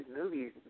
movies